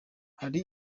hari